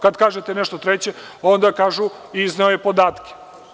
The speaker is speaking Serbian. Kada kažete nešto treće, onda kažu – izneo je podatke.